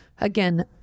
Again